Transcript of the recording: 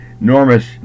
enormous